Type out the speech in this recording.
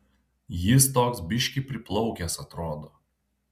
jis toks biškį priplaukęs atrodo